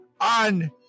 on